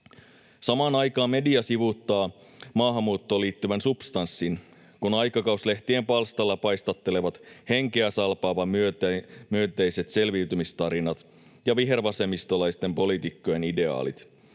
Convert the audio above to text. Samaan aikaan media sivuuttaa maahanmuuttoon liittyvän substanssin, kun aikakauslehtien palstoilla paistattelevat henkeäsalpaavan myönteiset selviytymistarinat ja vihervasemmistolaisten poliitikkojen ideaalit.